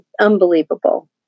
Unbelievable